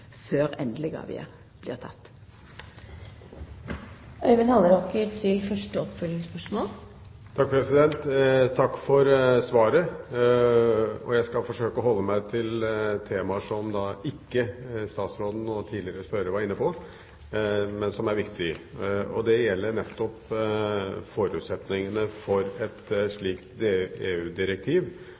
før endeleg avgjerd blir teken. Jeg takker for svaret. Jeg skal forsøke å holde meg til temaer som statsråden og tidligere spørrer ikke var inne på, men som er viktige. Det gjelder forutsetningene for et slikt